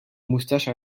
moustache